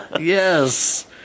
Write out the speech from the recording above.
Yes